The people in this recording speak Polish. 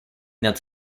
nad